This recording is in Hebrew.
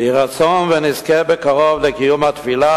ויהי רצון שנזכה בקרוב לקיום התפילה